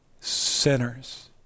Sinners